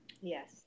Yes